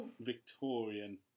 Victorian